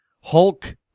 Hulk